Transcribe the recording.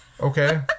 Okay